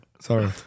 Sorry